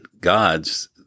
gods